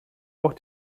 auch